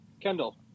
Kendall